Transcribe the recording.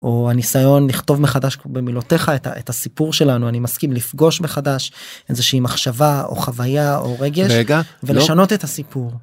או הניסיון לכתוב מחדש במילותיך את הסיפור שלנו אני מסכים לפגוש מחדש איזהשהי מחשבה או חוויה או רגע ולשנות את הסיפור.